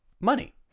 money